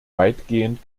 weitgehend